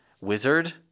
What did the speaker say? wizard